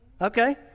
Okay